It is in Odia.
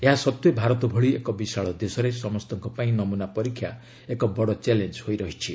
ଏହା ସତ୍ତ୍ୱେ ଭାରତ ଭଳି ଏକ ବିଶାଳ ଦେଶରେ ସମସ୍ତଙ୍କ ପାଇଁ ନମୁନା ପରୀକ୍ଷା ଏକ ବଡ଼ ଚ୍ୟାଲେଞ୍ଜ ହୋଇ ରହିଛି